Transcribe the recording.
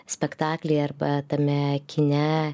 spektaklyje arba tame kine